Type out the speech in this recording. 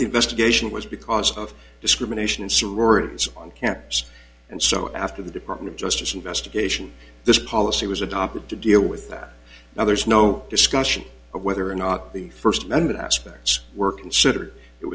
investigation was because of discrimination in sororities on characters and so after the department of justice investigation this policy was adopted to deal with that now there's no discussion of whether or not the first nine hundred aspects were considered it